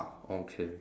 okay